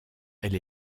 elle